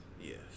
Yes